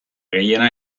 gehiena